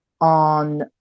on